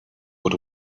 what